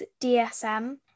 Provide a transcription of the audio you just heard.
DSM